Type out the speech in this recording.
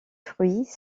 fruits